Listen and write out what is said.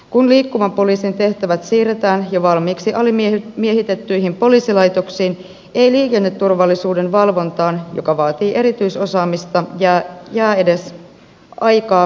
kun liikkuvan poliisin tehtävät siirretään jo valmiiksi alimiehitettyihin poliisilaitoksiin ei liikenneturvallisuuden valvontaan joka vaatii erityisosaamista jää edes aikaa tai mahdollisuuksia